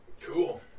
Cool